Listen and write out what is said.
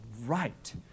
right